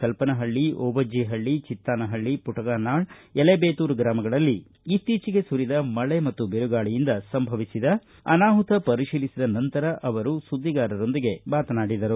ಕಲ್ಪನಹಳ್ಳಿ ಓಬಜ್ಜಪಳ್ಳಿ ಚಿತ್ತಾನಹಳ್ಳಿ ಪುಟಗನಾಳ್ ಎಲೆಬೇತೂರು ಗ್ರಾಮಗಳಲ್ಲಿ ಇತ್ತೀಚೆಗೆ ಸುರಿದ ಮಳೆ ಮತ್ತು ಬಿರುಗಾಳಿಯಿಂದ ಸಂಭವಿಸಿದ ಅನಾಹುತ ಪರಿಶೀಲಿಸಿದ ನಂತರ ಅವರು ಸುದ್ದಿಗಾರರೊಂದಿಗೆ ಮಾತನಾಡಿದರು